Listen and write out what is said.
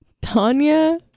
Tanya